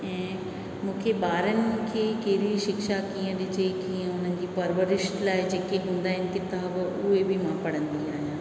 ऐं मूंखे ॿारनि खे कहिड़ी शिक्षा कीअं ॾिजे कहिड़ी उन्हनि जी परिवरिश लाइ जेके हूंदा आहिनि किताब उहे बि मां पढ़ंदी आहियां